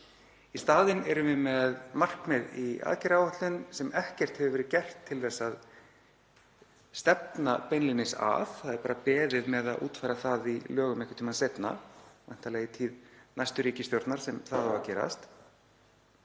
Í staðinn erum við með markmið í aðgerðaáætlun sem ekkert hefur verið gert til þess að stefna beinlínis að. Það er bara beðið með að útfæra það í lögum einhvern tímann seinna. Væntanlega er það í tíð næstu ríkisstjórnar sem það á að gerast.